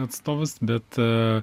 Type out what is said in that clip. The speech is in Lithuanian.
atstovus bet